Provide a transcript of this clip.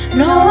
no